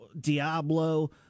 Diablo